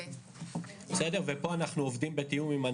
אוקיי, אז תיכף אני רוצה לשמוע את הנציבות.